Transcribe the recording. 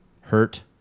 hurt